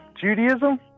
Judaism